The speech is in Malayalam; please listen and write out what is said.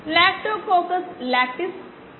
അതായത് 5 മിനിറ്റിന് തുല്യമാണ്